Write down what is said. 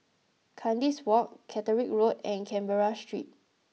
Kandis Walk Catterick Road and Canberra Street